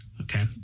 okay